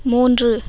மூன்று